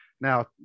Now